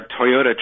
Toyota